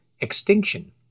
extinction